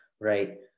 right